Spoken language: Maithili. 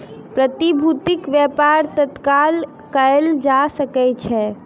प्रतिभूतिक व्यापार तत्काल कएल जा सकै छै